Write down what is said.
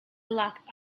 locked